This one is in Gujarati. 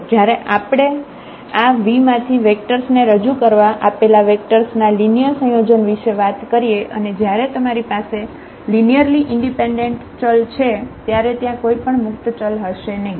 જયારે આપણે આ V માંથી વેક્ટર્સ ને રજુ કરવા આપેલા વેક્ટર્સ ના લિનિયર સંયોજન વિષે વાત કરીએ અને જયારે તમારી પાસે લિનિયરલી ઈન્ડિપેન્ડેન્ટ ચલ છે ત્યારે ત્યાં કોઈપણ મુક્ત ચલ હશે નહિ